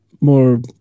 more